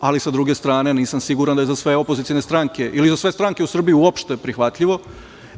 ali sa druge strane, nisam siguran da je za sve opozicione stranke ili za sve stranke u Srbiji uopšte prihvatljivo.